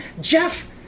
Jeff